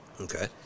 okay